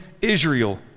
Israel